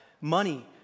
money